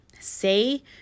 say